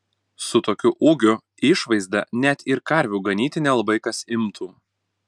su tokiu ūgiu išvaizda net ir karvių ganyti nelabai kas imtų